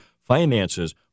finances